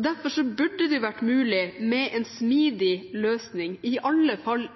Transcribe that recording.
Derfor burde det være mulig med en smidig løsning, i alle fall